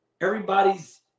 everybody's